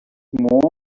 more